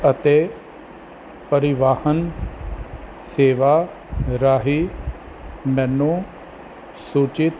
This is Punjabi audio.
ਅਤੇ ਪਰਿਵਾਹਨ ਸੇਵਾ ਰਾਹੀਂ ਮੈਨੂੰ ਸੂਚਿਤ